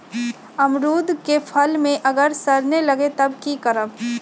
अमरुद क फल म अगर सरने लगे तब की करब?